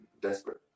desperate